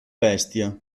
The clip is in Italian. bestia